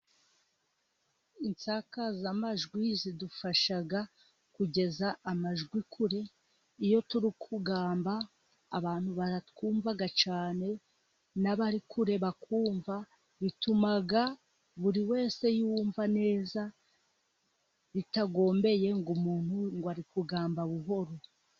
Isakazamajwi zidufasha kugeza amajwi kure, iyo turi kugamba abantu baratwumva cyane n'abari kure bakumva, bituma buri wese yumva neza bitagombeye ngo umuntu ngo ari kugamba buhoro.